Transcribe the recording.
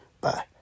Bye